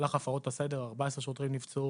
במהלך הפרות הסדר 14 שוטרים נפצעו